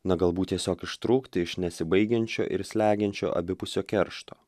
na galbūt tiesiog ištrūkti iš nesibaigiančio ir slegiančio abipusio keršto